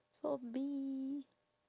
for me